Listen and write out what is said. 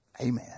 Amen